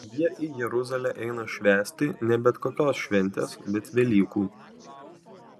jie į jeruzalę eina švęsti ne bet kokios šventės bet velykų